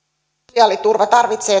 sosiaaliturva tarvitsee